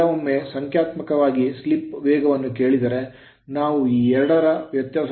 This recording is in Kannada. ಕೆಲವೊಮ್ಮೆ ಸಂಖ್ಯಾತ್ಮಕವಾಗಿ ಸ್ಲಿಪ್ ವೇಗವನ್ನು ಕೇಳಿದರೆ ನಾವು ಈ ಎರಡರ ವ್ಯತ್ಯಾಸವನ್ನು ತೆಗೆದುಕೊಳ್ಳುತ್ತೇವೆ ns - n